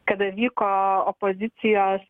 kada vyko opozicijos